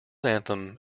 anthem